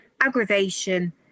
aggravation